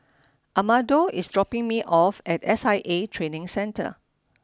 Amado is dropping me off at S I A Training Centre